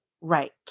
Right